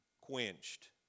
quenched